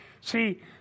See